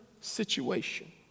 situation